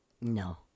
No